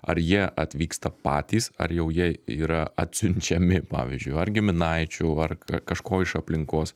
ar jie atvyksta patys ar jau jie yra atsiunčiami pavyzdžiui ar giminaičių ar kažko iš aplinkos